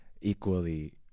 equally